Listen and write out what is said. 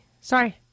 sorry